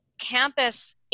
campus